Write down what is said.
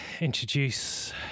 introduce